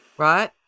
Right